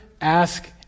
ask